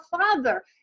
Father